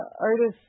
artists